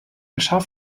geschah